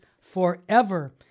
forever